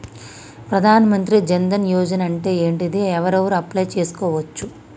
ప్రధాన మంత్రి జన్ ధన్ యోజన అంటే ఏంటిది? ఎవరెవరు అప్లయ్ చేస్కోవచ్చు?